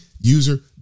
user